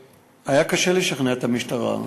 היה קשה לשכנע את המשטרה,